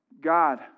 God